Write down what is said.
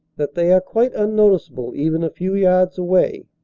that they are quite unnoticeable even a few yards away,